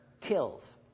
kills